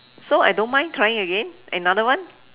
so I don't mind trying again another one